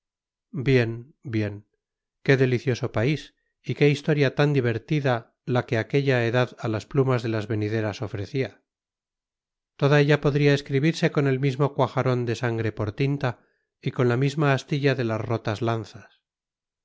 bien bien qué delicioso país y qué historia tan divertida la que aquella edad a las plumas de las venideras ofrecía toda ella podría escribirse con el mismo cuajarón de sangre por tinta y con la misma astilla de las rotas lanzas